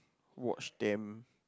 wash them